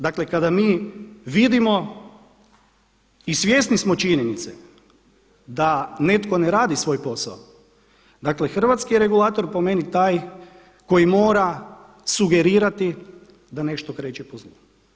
Dakle kada mi vidimo i svjesni smo činjenice da netko ne radi svoj posao, dakle hrvatski je regulator po meni taj koji mora sugerirati da nešto kreće po zlu.